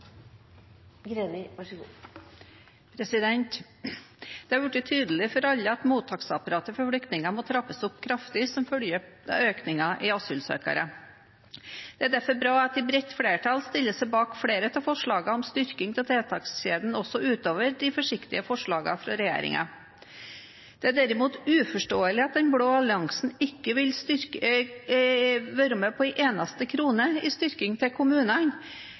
blitt tydelig for alle at mottaksapparatet for flyktninger må trappes kraftig opp som følge av økningen i antall asylsøkere. Det er derfor bra at et bredt flertall stiller seg bak flere av forslagene til styrking av tiltakskjeden også utover de forsiktige forslagene fra regjeringen. Det er derimot uforståelig at den blå alliansen ikke vil være med på en eneste krone i styrking til kommunene,